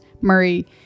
murray